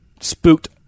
spooked